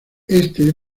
este